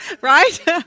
right